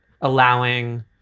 allowing